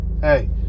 Hey